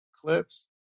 clips